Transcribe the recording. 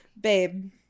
Babe